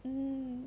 mm